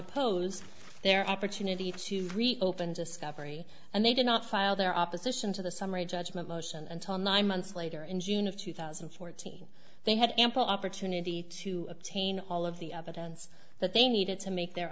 oppose their opportunity to reopen discovery and they did not file their opposition to the summary judgment most and until nine months later in june of two thousand and fourteen they had ample opportunity to obtain all of the other towns that they needed to make their